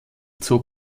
zog